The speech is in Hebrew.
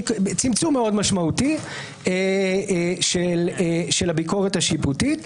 צמצום מאוד משמעותי של הביקורת השיפוטית.